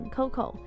,Coco